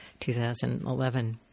2011